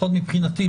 לפחות מבחינתי,